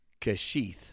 kashith